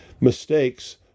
mistakes